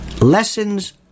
lessons